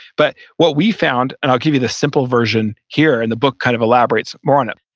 but what we found, and i'll give you the simple version here and the book kind of elaborates more on it.